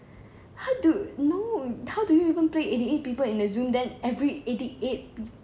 how do no how do you even play eighty eight people in the zoom then every eighty eight pe~